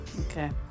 okay